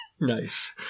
Nice